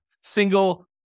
single